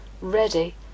ready